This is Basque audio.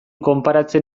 konparatzen